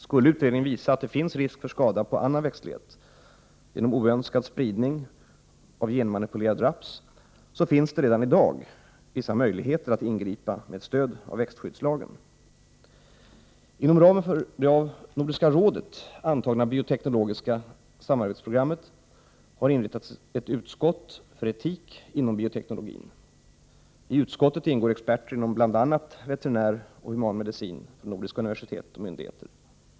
Skulle utredningen visa att det finns risk för skada på annan växtlighet genom oönskad spridning av genmanipulerad raps, finns det redan i dag vissa möjligheter att ingripa med stöd av växtskyddslagen. Inom ramen för det av Nordiska rådet antagna bioteknologiska samarbetsprogrammet har inrättats ett utskott för etik inom bioteknologin. I utskottet ingår experter inom bl.a. veterinär och human medicin från nordiska universitet och myndigheter.